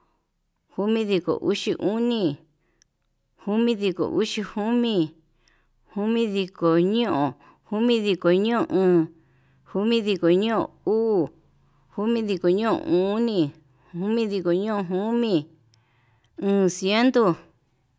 Jomidiko uxi oni, jomidiko uxi jomi, jomidiko ñeon, jomidiko ñeon oon, jomidiko ñeon uu, jomidiko ñeon oni, jomidiko ñeon jomi, o'on ciento.